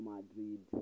Madrid